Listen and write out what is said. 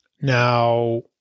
Now